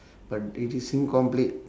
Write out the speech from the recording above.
but it is incomplete